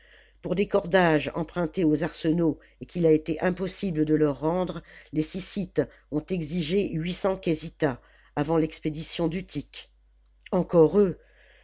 pour des cordages empruntés aux arsenaux et qu'il a été impossible de leur rendre les sjssites ont exigé huit cents késitahs avant l'expédition d'utique encore eux